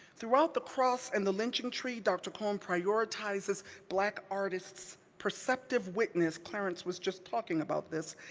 throughout the cross and the lynching tree, dr. cone prioritizes black artists' perceptive witness, clarence was just talking about this,